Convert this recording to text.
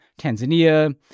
Tanzania